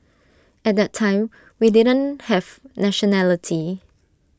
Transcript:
at that time we didn't have nationality